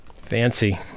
Fancy